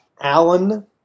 Allen